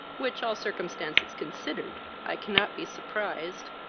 which, all circumstances considered, i cannot be surprised,